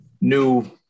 new